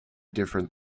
different